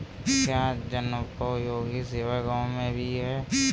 क्या जनोपयोगी सेवा गाँव में भी है?